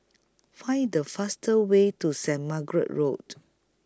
Find The fastest Way to Saint Margaret's Road